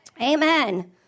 Amen